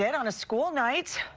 and on a school night.